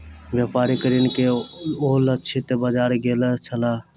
व्यापारिक ऋण के ओ लक्षित बाजार गेल छलाह